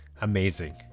Amazing